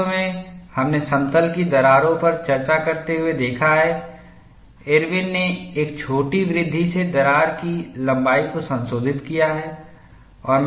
वास्तव में हमने समतल की दरारों पर चर्चा करते हुए देखा है इरविनIrwin's ने एक छोटी वृद्धि से दरार की लंबाई को संशोधित किया है